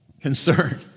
concern